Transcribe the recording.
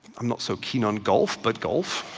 i'm not so keen on golf, but golf,